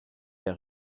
der